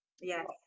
Yes